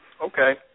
Okay